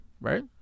right